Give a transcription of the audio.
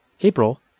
April